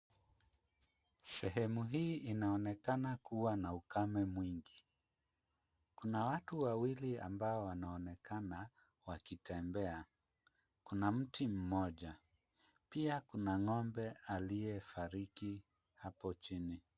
Sehemu hii inaonekana kuwa na ukame mwingi. Kuna watu wawili ambao wanaonekana wakitembea. Kuna mti mmoja, pia kuna ng'ombe aliyefariki hapo chini.